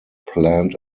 planned